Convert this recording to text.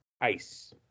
Ice